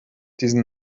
diesen